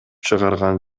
чыгарган